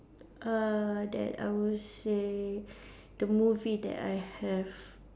err that I would say the movie that I have